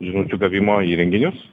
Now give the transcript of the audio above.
žinučių gavimo įrenginius